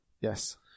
Yes